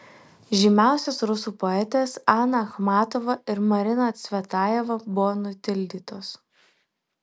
žymiausios rusų poetės ana achmatova ir marina cvetajeva buvo nutildytos